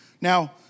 Now